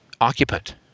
occupant